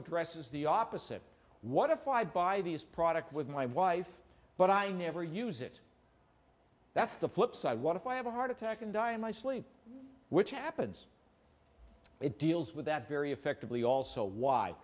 addresses the opposite what if i buy these product with my wife but i never use it that's the flip side what if i have a heart attack and die in my sleep which happens it deals with that very effectively also why